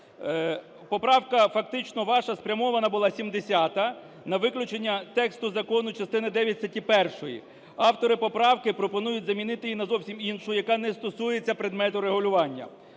Поправка фактично ваша спрямована була, 70-а, на виключення тексту закону частини дев'ять статті 1. Автори поправки пропонують замінити її на зовсім іншу, яка не стосується предмету регулювання.